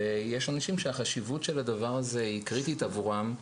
ויש נשים שהחשיבות של הדבר הזה היא קריטית עבורן,